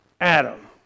Adam